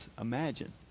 imagine